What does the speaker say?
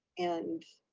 and,